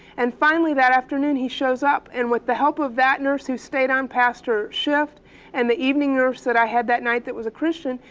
and finally, that afternoon he shows up. and with the help of that nurse who stayed on past her shift and the evening nurse that i had that night who was a christian,